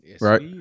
Right